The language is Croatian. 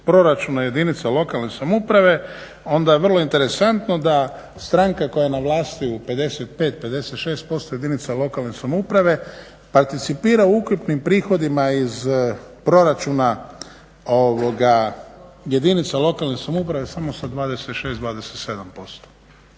proračuna jedinice lokalne samouprave onda je vrlo interesantno da stranka koja je na vlasti u 55, 56% jedinice lokalne samouprave participira ukupnim prihodima iz proračuna jedinice lokalne samouprave samo sa 26, 27%.